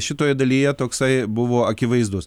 šitoje dalyje toksai buvo akivaizdus